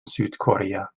südkorea